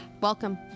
Welcome